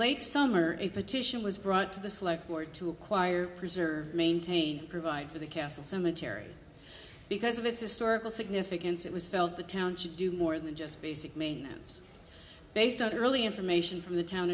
late summer a petition was brought to the select board to acquire preserve maintain provide for the castle cemetery because of its historical significance it was felt the town should do more than just basic maintenance based on early information from the town